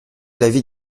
l’avis